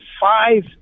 five